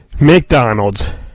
McDonald's